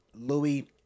Louis